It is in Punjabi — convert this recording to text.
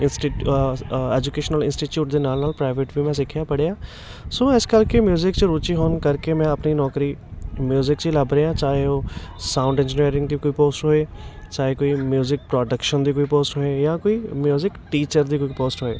ਐਜੂਕੇਸ਼ਨਲ ਇੰਸਟੀਚਿਊਟ ਦੇ ਨਾਲ ਨਾਲ ਪ੍ਰਾਈਵੇਟ ਵੀ ਮੈਂ ਸਿੱਖਿਆ ਪੜ੍ਹਿਆ ਸੋ ਇਸ ਕਰਕੇ ਮਿਊਜ਼ਿਕ 'ਚ ਰੁਚੀ ਹੋਣ ਕਰਕੇ ਮੈਂ ਆਪਣੀ ਨੌਕਰੀ ਮਿਊਜ਼ਿਕ 'ਚ ਹੀ ਲੱਭ ਰਿਹਾ ਚਾਹੇ ਉਹ ਸਾਊਡ ਇੰਜਨੀਅਰਿੰਗ ਦੀ ਕੋਈ ਪੋਸਟ ਹੋਏ ਚਾਹੇ ਕੋਈ ਮਿਊਜ਼ਿਕ ਪ੍ਰੋਡਕਸ਼ਨ ਦੀ ਪੋਸਟ ਹੋਏ ਜਾਂ ਕੋਈ ਮਿਊਜ਼ਿਕ ਟੀਚਰ ਦੀ ਕੋਈ ਪੋਸਟ ਹੋਏ